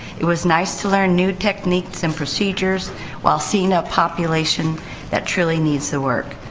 it was nice to learn new techniques and procedures while seeing a population that truly needs the work.